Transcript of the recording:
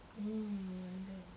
mm no wonder